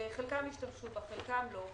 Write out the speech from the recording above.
חלקם השתמשו בה, חלקם לא.